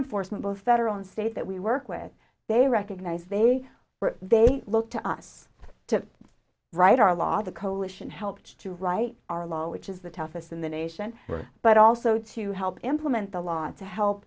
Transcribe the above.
enforcement both federal and state that we work with they recognize they were they look to us to write our law the coalition helped to write our law which is the toughest in the nation but also to help implement the law to